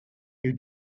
you